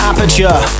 Aperture